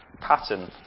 pattern